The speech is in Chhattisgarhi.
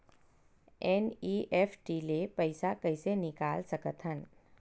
एन.ई.एफ.टी ले पईसा कइसे निकाल सकत हन?